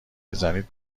بزنید